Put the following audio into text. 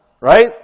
Right